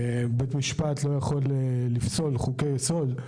לפיה בית משפט לא יכול לפסול חוקי יסוד,